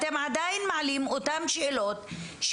למה עדיין ההרגשה שלי היא שאתם עדיין מעלים את אותן שאלות שהעלית,